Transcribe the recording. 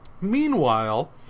meanwhile